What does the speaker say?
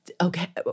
Okay